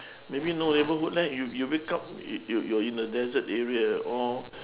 maybe no neighbourhood leh you you wake up you're you in the desert area or